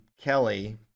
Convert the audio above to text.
Kelly